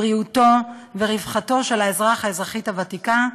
בריאותו ורווחתו של האזרח או האזרחית הוותיק והוותיקה,